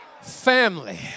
family